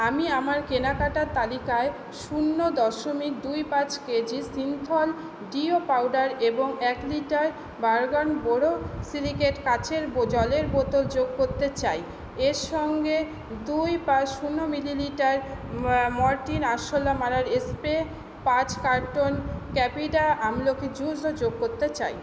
আমি আমার কেনাকাটার তালিকায় শূন্য দশমিক দুই পাঁচ কেজি সিন্থল ডিও পাউডার এবং এক লিটার বার্গনার বোর সিলিকেট কাচের বো জলের বোতল যোগ করতে চাই এর সঙ্গে দুই পাঁচ শূন্য মিলিলিটার মর্টিন আরশোলা মারার স্প্রে পাঁচ কার্টুন ক্যাপিটা আমলকি জুসও যোগ করতে চাই